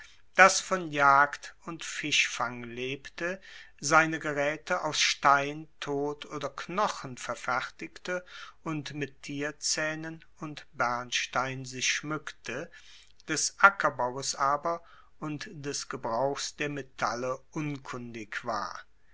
das von jagd und fischfang lebte seine geraete aus stein ton oder knochen verfertigte und mit tierzaehnen und bernstein sich schmueckte des ackerbaues aber und des gebrauchs der metalle unkundig war